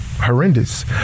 horrendous